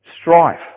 strife